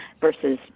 versus